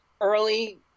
early